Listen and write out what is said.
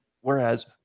Whereas